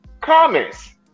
comments